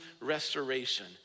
restoration